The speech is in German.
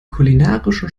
kulinarischen